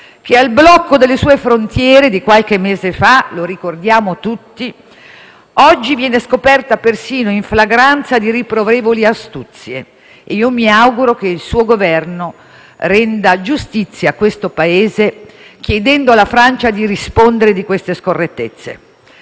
dopo il blocco delle sue frontiere di qualche mese fa - lo ricordiamo tutti - oggi viene scoperta persino in flagranza di riprovevoli astuzie. E io mi auguro che il suo Governo renda giustizia a questo Paese chiedendo alla Francia di rispondere di queste scorrettezze.